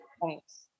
Thanks